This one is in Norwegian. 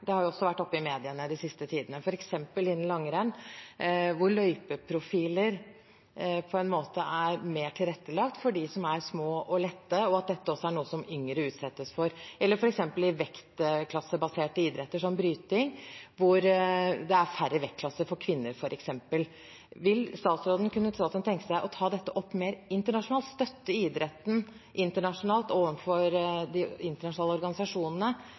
Det har også vært oppe i mediene den siste tiden, f.eks. innen langrenn, hvor løypeprofiler er mer tilrettelagt for dem som er små og lette, og at dette er noe som også yngre utsettes for, eller f.eks. i vektklassebaserte idretter som bryting hvor det er færre vektklasser for kvinner. Kunne statsråden tenke seg å ta dette opp mer internasjonalt, å støtte idretten internasjonalt, overfor de internasjonale organisasjonene,